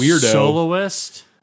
soloist